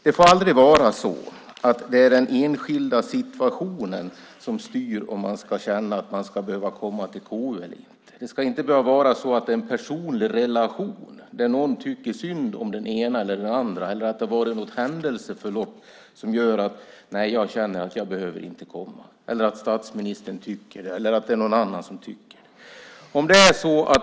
Det får aldrig vara den enskilda situationen som styr om man ska känna att man ska behöva komma till KU eller inte. Det ska inte vara så att en personlig relation där någon tycker synd om den ena eller den andra eller ett visst händelseförlopp gör att man känner att man inte behöver komma. Det ska inte spela någon roll att statsministern eller någon annan tycker det ena eller det andra.